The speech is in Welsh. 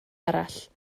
arall